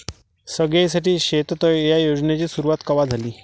सगळ्याइसाठी शेततळे ह्या योजनेची सुरुवात कवा झाली?